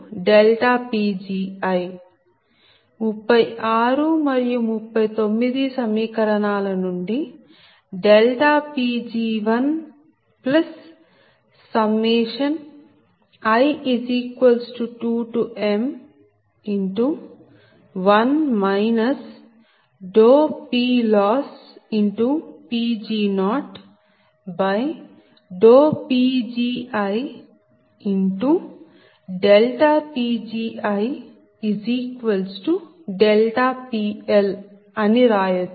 36 మరియు 39 సమీకరణాల నుండి Pg1i2m1 PLossPg0PgiPgiPL అని రాయచ్చు